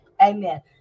Amen